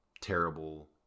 terrible